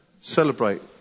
celebrate